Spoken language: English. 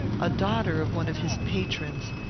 a daughter of one of his patrons,